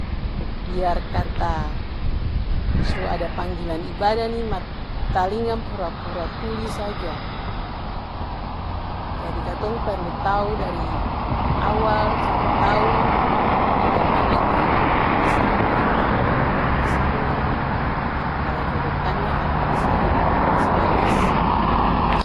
Biarkata su ada panggilan ibada nih mar talingang pura-pura tuli saja. Jadi katong perlu tau dari awal cari tau bagimana kehidupan pasangan, keluarga pasangan, supaya kedepannya katong bisa hidup manis-manis.